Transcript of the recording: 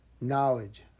knowledge